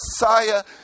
Messiah